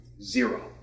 zero